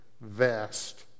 vast